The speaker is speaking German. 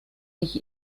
ich